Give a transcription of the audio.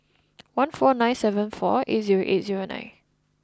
one four nine seven four eight zero eight zero nine